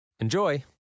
Enjoy